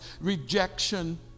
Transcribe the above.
rejection